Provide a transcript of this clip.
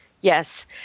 Yes